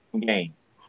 games